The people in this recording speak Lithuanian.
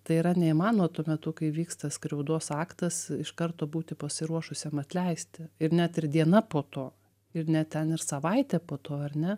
tai yra neįmanoma tuo metu kai vyksta skriaudos aktas iš karto būti pasiruošusiam atleisti ir net ir diena po to ir net ten ir savaitę po to ar ne